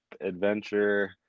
adventure